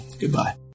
goodbye